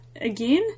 again